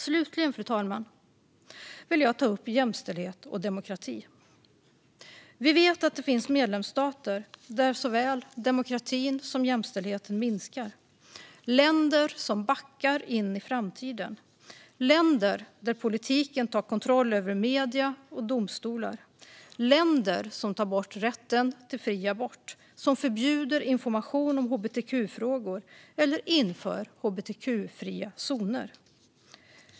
Slutligen, fru talman, vill jag ta upp jämställdhet och demokrati. Vi vet att det finns medlemsstater där såväl demokratin som jämställdheten minskar. Det är länder som backar in i framtiden. Det är länder där politiken tar kontroll över medier och domstolar. Och det är länder som tar bort rätten till fri abort, förbjuder information om hbtq-frågor eller inför hbtq-fria zoner.